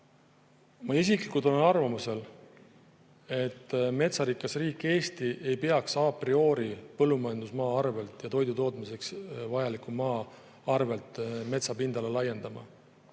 Ma isiklikult olen arvamusel, et metsarikas riik Eesti ei peaksa prioripõllumajanduse ja toidutootmiseks vajaliku maa arvel metsa pindala laiendama.